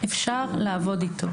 שאפשר לעבוד איתו.